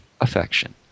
affection